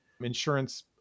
insurance